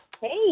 Hey